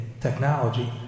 technology